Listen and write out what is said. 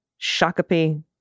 Shakopee